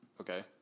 Okay